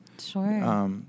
Sure